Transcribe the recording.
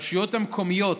הרשויות המקומיות,